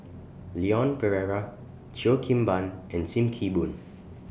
Leon Perera Cheo Kim Ban and SIM Kee Boon